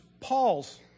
Paul's